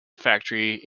factory